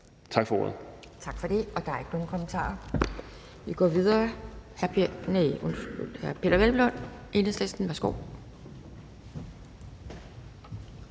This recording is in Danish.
Kjærsgaard): Tak for det, og der er ikke nogen kommentarer. Vi går videre. Hr. Peder Hvelplund, Enhedslisten, værsgo.